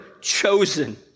chosen